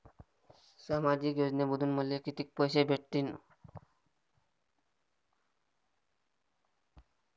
सामाजिक योजनेमंधून मले कितीक पैसे भेटतीनं?